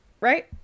right